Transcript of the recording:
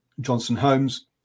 Johnson-Holmes